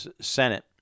Senate